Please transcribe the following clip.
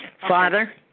Father